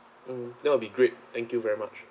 mm that will be great thank you very much